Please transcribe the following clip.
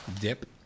dip